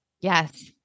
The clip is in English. Yes